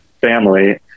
family